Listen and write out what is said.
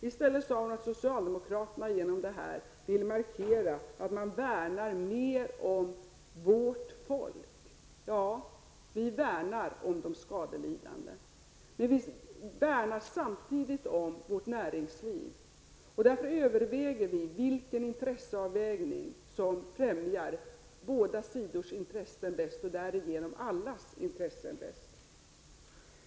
I stället sade hon att vi socialdemokrater genom detta vill markera att vi värnar mer om ''vårt folk''. Ja, vi värnar om de skadelidande. Men vi värnar samtidigt om vårt näringsliv, och därför överväger vilken intresseavvägning som bäst främjar båda sidors intressen och därigenom allas intressen.